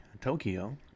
Tokyo